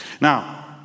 Now